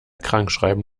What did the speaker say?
krankschreiben